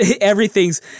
everything's